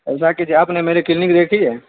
ایسا کیجیے آپ نے میری کلینک دیکھی ہے